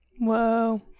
Whoa